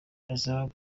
ndasaba